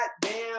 goddamn